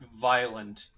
violent